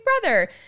Brother